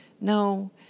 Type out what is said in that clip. No